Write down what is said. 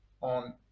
on